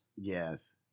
Yes